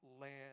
Land